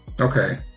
Okay